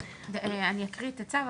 אני אקריא את הצו,